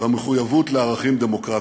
במחויבות לערכים דמוקרטיים.